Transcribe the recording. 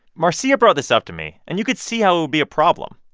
marcia brought this up to me, and you could see how it would be a problem.